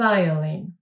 Violin